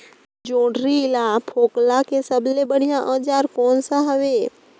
जोंदरी ला फोकला के सबले बढ़िया औजार कोन सा हवे?